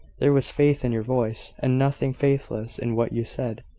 there was faith in your voice, and nothing faithless in what you said.